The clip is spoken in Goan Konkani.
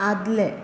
आदलें